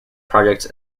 projects